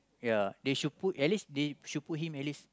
ya they should put at least they should put him at least